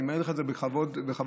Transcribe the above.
אני אומר לך את זה בכבוד גדול,